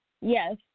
Yes